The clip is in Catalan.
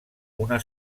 una